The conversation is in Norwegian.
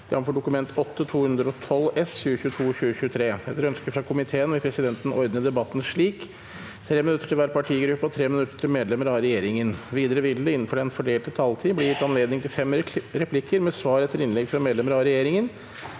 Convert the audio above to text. fra kommunal- og forvaltningskomiteen vil presidenten ordne debatten slik: 3 minutter til hver partigruppe og 3 minutter til medlemmer av regjeringen. Videre vil det – innenfor den fordelte taletid – bli gitt anledning til fem replikker med svar etter innlegg fra medlemmer av regjeringen,